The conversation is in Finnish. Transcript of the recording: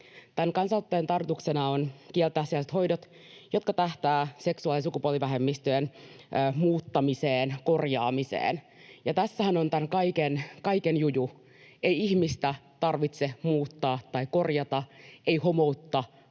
Tämän kansalaisaloitteen tarkoituksena on kieltää sellaiset hoidot, jotka tähtäävät seksuaali- ja sukupuolivähemmistöjen muuttamiseen tai korjaamiseen, ja tässähän on tämän kaiken juju: Ei ihmistä tarvitse muuttaa tai korjata. Ei homoutta